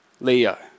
Leo